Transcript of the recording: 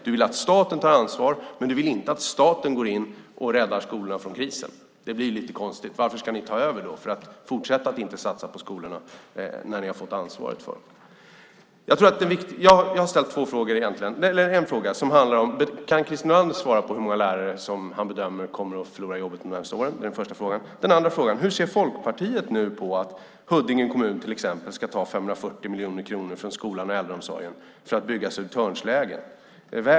Du vill att staten tar ansvar, men du vill inte att staten går in och räddar skolorna från krisen. Det blir ju lite konstigt. Varför ska ni då ta över? Är det för att fortsätta att inte satsa på skolorna när ni har fått ansvaret för dem? Jag har ställt två frågor. Kan Christer Nylander svara på hur många lärare som han bedömer kommer att förlora jobbet de närmaste åren? Det var den första frågan. Den andra frågan är: Hur ser Folkpartiet nu på att Huddinge kommun till exempel ska ta 540 miljoner kronor från skolan och äldreomsorgen för att bygga Södertörnsleden?